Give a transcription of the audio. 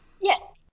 yes